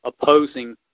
opposing